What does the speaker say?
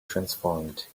transformed